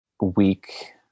week